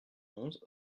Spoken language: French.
onze